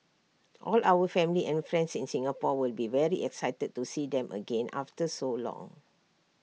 all our family and friends in Singapore will be very excited to see them again after so long